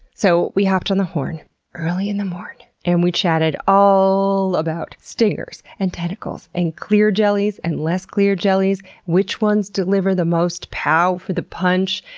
so we hopped on the horn early in the morn, and we chatted allllll about stingers, and tentacles, and clear jellies, and less-clear jellies, which ones deliver the most pow for the punch,